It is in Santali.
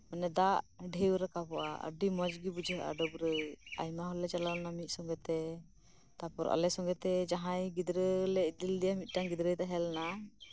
ᱚᱱᱮ ᱫᱟᱜ ᱰᱷᱮᱣ ᱨᱟᱠᱟᱯᱚᱜᱼᱟ ᱟᱹᱰᱤ ᱢᱚᱪᱜᱤ ᱵᱩᱡᱷᱟᱹᱜ ᱼᱟ ᱰᱟᱹᱵᱨᱟᱹᱜ ᱟᱭᱢᱟᱦᱚᱲᱞᱮ ᱪᱟᱞᱟᱣᱞᱮᱱᱟ ᱢᱤᱫ ᱥᱚᱸᱜᱮᱛᱮ ᱛᱟᱯᱚᱨ ᱟᱞᱮ ᱥᱚᱸᱜᱮ ᱛᱮ ᱡᱟᱦᱟᱸᱭ ᱜᱤᱫᱽᱨᱟᱹ ᱞᱮ ᱤᱫᱤ ᱞᱤᱫᱤᱭᱟ ᱢᱤᱫᱴᱟᱝ ᱜᱤᱫᱽᱨᱟᱹᱭ ᱛᱟᱦᱮᱸᱞᱮᱱᱟ